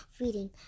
reading